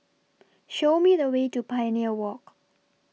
Show Me The Way to Pioneer Walk